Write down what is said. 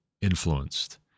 influenced